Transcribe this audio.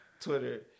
Twitter